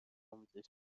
آموزش